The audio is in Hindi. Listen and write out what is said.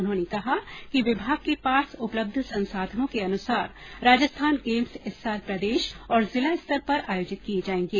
उन्होंने कहा कि विभाग के पास उपलब्ध संसाधनों के अनुसार राजस्थान गेम्स इस साल प्रदेश और जिला स्तर पर आयोजित किए जाएंगे